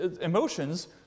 emotions